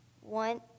one